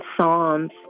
Psalms